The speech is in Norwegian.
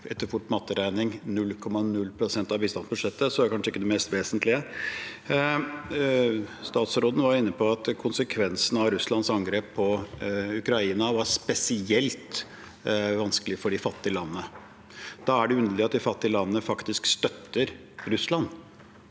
etter rask matteregning, 0,0 pst. av bistandsbudsjettet, så det er kanskje ikke det mest vesentlige. Statsråden var inne på at konsekvensen av Russlands angrep på Ukraina var spesielt vanskelig for de fattige landene. Da er det underlig at de fattige landene faktisk støtter Russland,